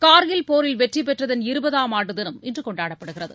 கார்கில் போரில் வெற்றி பெற்றதன் இருபதாம் ஆண்டு தினம் இன்று கொண்டாடப்படுகிறது